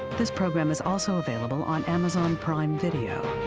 this program is also available on amazon prime video.